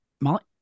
Molly